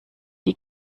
die